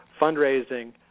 fundraising